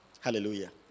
Hallelujah